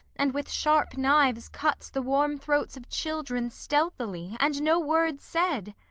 and with sharp knives cuts the warm throats of children stealthily and no word said.